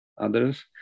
others